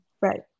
right